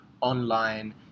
online